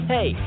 Hey